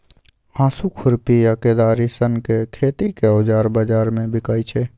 हाँसु, खुरपी आ कोदारि सनक खेतीक औजार बजार मे बिकाइ छै